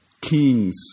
kings